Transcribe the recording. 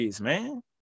man